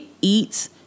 eats